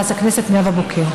חברת הכנסת נאוה בוקר.